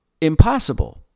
impossible